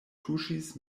tuŝis